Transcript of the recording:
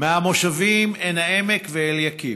מהמושבים עין העמק ואליקים.